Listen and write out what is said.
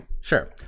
sure